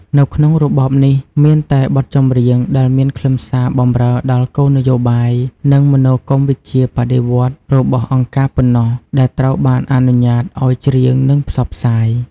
នៅក្នុងរបបនេះ មានតែបទចម្រៀងដែលមានខ្លឹមសារបម្រើដល់ គោលនយោបាយ និងមនោគមវិជ្ជាបដិវត្តន៍ របស់អង្គការប៉ុណ្ណោះដែលត្រូវបានអនុញ្ញាតឱ្យច្រៀង និងផ្សព្វផ្សាយ។